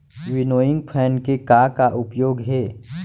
Winnowing fan के का का उपयोग हे?